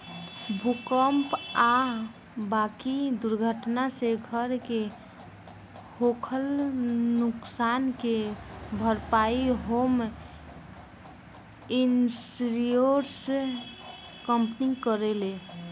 भूकंप आ बाकी दुर्घटना से घर के होखल नुकसान के भारपाई होम इंश्योरेंस कंपनी करेले